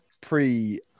pre